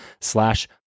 slash